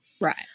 Right